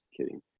kidding